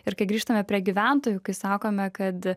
ir kai grįžtame prie gyventojų kai sakome kad